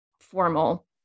formal